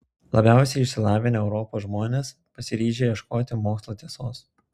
labiausiai išsilavinę europos žmonės pasiryžę ieškoti mokslo tiesos